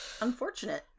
Unfortunate